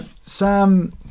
Sam